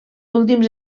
últims